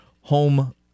home